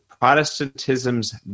Protestantism's